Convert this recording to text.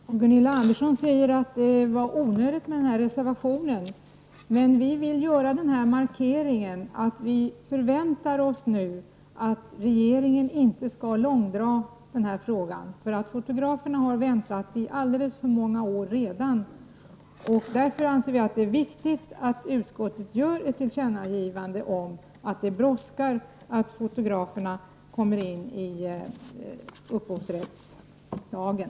Fru talman! Gunilla Andersson säger att det var onödigt för oss att reservera oss. Men vi vill göra denna markering. Vi förväntar oss nu att regeringen inte långdrar denna fråga. Fotograferna har väntat alldeles för många år redan. Därför anser vi att det är viktigt att riksdagen gör ett tillkännagivande om att det brådskar med att fotografirätten omfattas av upphovsrättslagen.